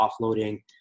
offloading